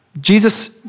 Jesus